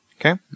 Okay